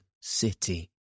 city